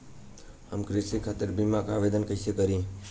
हम कृषि खातिर बीमा क आवेदन कइसे करि?